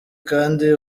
kandi